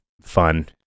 fun